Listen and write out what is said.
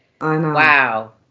wow